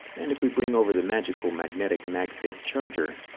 and if we bring over the magical magnetic magsafe charger,